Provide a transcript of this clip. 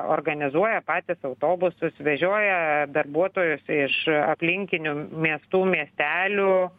organizuoja patys autobusus vežioja darbuotojus iš aplinkinių miestų miestelių